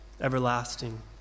everlasting